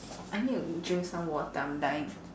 I need to drink some water I'm dying